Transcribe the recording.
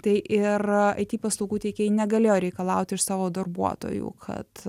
tai ir it paslaugų teikėjai negalėjo reikalauti iš savo darbuotojų kad